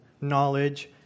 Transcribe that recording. knowledge